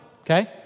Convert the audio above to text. okay